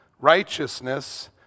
righteousness